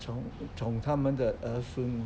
宠他们的儿孙